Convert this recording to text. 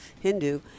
hindu